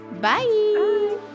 bye